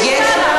בוודאי,